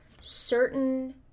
certain